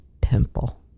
pimple